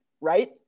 right